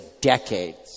decades